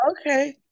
okay